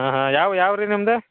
ಹಾಂ ಹಾಂ ಯಾವ ಯಾವೂರುರಿ ನಿಮ್ದು